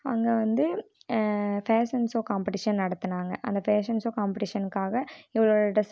அங்கே வந்து fashion show competition நடத்துனாங்க அந்த பேஷன் ஷோ காம்ப்பட்டீஷன்க்காக இவ்வளோ டிரெஸ்